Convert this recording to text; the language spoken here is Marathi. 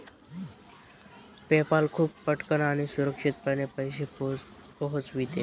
पेपाल खूप पटकन आणि सुरक्षितपणे पैसे पोहोचविते